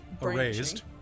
Erased